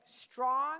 Strong